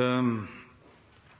og